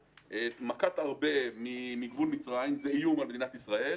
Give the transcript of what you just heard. מכת ארבה מגבול מצרים זה איום על מדינת ישראל.